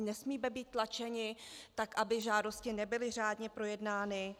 Nesmíme být tlačeni tak, aby žádosti nebyly řádně projednány.